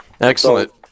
Excellent